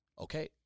okay